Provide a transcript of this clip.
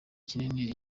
kinini